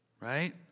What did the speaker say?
right